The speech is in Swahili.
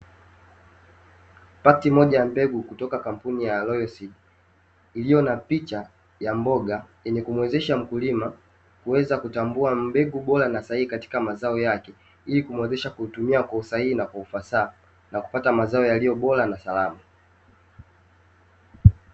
Pakiti moja ya mbegu kutoka kampuni ya "ALOISI", iliyo na picha ya mboga yenye kumuwezesha mkulima kuweza kutambua mbegu bora na sahihi katika mazao yake, ili kuwezesha kuitumia kwa usahihi na kwa ufasaha na kupata mazao yaliyo bora na salama.